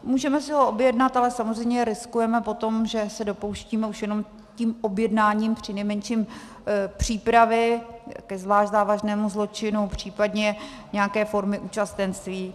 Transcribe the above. Můžeme si ho objednat, ale samozřejmě riskujeme potom, že se dopouštíme už jenom tím objednáním přinejmenším přípravy ke zvlášť závažnému zločinu, případně nějaké formy účastenství.